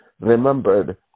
remembered